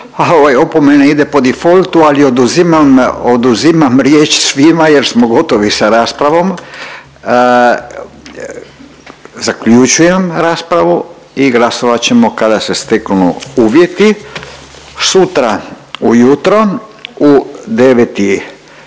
opomena, ide po defaultu ali oduzimam, oduzimam riječ svima jer smo gotovi sa raspravom. Zaključujem raspravu i glasovat ćemo kada se steknu uvjeti. Sutra ujutro u 9